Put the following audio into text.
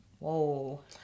Whoa